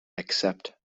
except